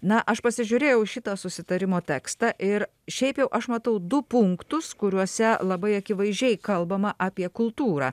na aš pasižiūrėjau šitą susitarimo tekstą ir šiaip jau aš matau du punktus kuriuose labai akivaizdžiai kalbama apie kultūrą